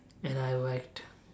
then I whacked